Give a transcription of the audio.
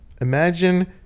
Imagine